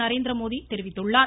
நரேந்திரமோடி தெரிவித்துள்ளார்